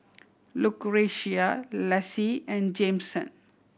Lucretia Lassie and Jameson